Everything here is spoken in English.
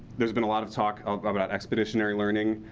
there's been a lot of talk about about expeditionary learning.